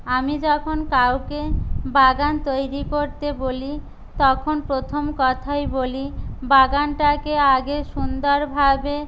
আমি যখন কাউকে বাগান তৈরি করতে বলি তখন প্রথম কথাই বলি বাগানটাকে আগে সুন্দরভাবে